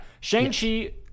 Shang-Chi